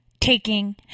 taking